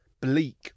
bleak